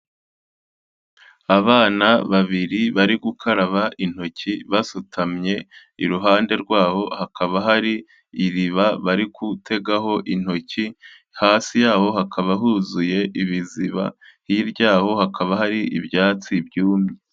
Abana babiri bari gukaraba intoki, basutamye, iruhande rwaho hakaba hari iriba bari gutegaho intoki, hasi yaho hakaba huzuye ibiziba, hirya yaho hakaba hari ibyatsi byumye.